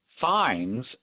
fines